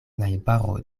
najbaro